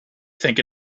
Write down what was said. think